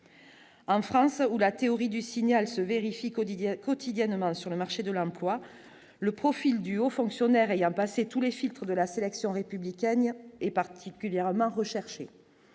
En France, où la théorie du signal se vérifie quotidien quotidiennement sur le marché de l'emploi, le profil du haut fonctionnaire ayant passé tous les filtres de la sélection républicaine est particulièrement recherchés.